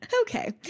Okay